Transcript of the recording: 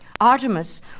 Artemis